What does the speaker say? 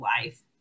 life